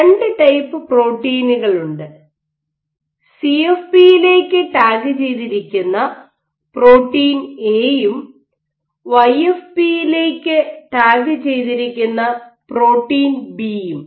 രണ്ട് ടൈപ്പ് പ്രോട്ടീനുകളുണ്ട് സിഎഫ്പിയിലേക്ക് ടാഗുചെയ്തിരിക്കുന്ന പ്രോട്ടീൻ എ യും വൈഎഫ്പിയിലേക്ക് ടാഗുചെയ്തിരിക്കുന്ന പ്രോട്ടീൻ ബി യും